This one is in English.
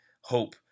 hope